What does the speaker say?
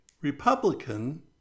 Republican